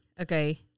okay